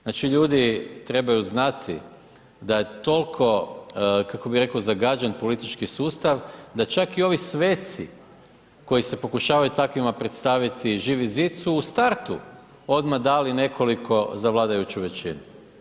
Znači ljudi trebaju znati da je toliko kako bih rekao zagađen politički sustav da čak i ovi sveci koji se pokušavaju takvima predstaviti Živi zid su u startu odmah dali nekoliko za vladajuću većinu.